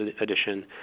edition